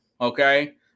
okay